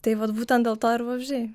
tai vat būtent dėl to ir vabzdžiai